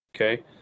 okay